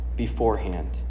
beforehand